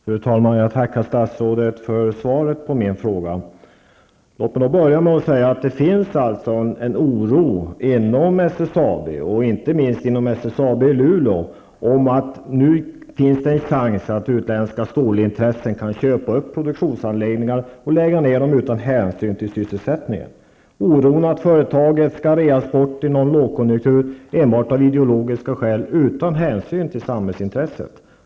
Fru talman! Jag tackar statsrådet för svaret på min fråga. Låt mig börja med att säga att det finns en oro inom SSAB, inte minst inom SSAB i Luleå, för att det nu finns en risk för att utländska stålintressen kan köpa upp produktionsanläggningar och lägga ned dem utan hänsyn till sysselsättningen. Det finns en oro för att företaget skall reas bort i en lågkonjunktur enbart av ideologiska skäl och utan hänsyn till samhällsintresset.